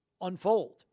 unfold